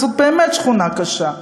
וזאת באמת שכונה קשה.